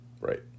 Right